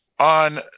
On